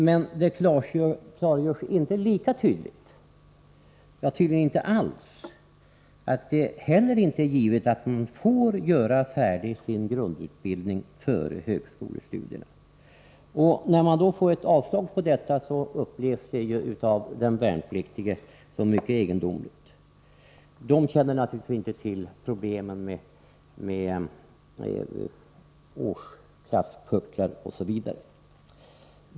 Men det klargörs inte lika tydligt — nej, uppenbarligen inte alls — att det heller inte är givet att den värnpliktige får göra färdig sin grundutbildning före högskolestudierna. Ett avslag i en sådan situation upplevs då av den värnpliktige som mycket egendomligt. Han känner naturligtvis inte till problemen med årsklasspucklar osv.